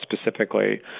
specifically